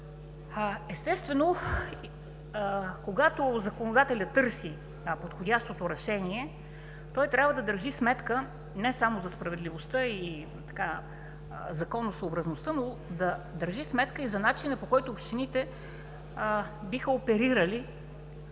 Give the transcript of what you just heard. Естествено, когато законодателят търси подходящото решение, той трябва да държи сметка не само за справедливостта и законосъобразността, но да държи сметка и за начина, по който общините биха оперирали